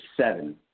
seven